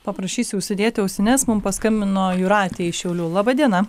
paprašysi užsidėti ausines mum paskambino jūratė iš šiaulių laba diena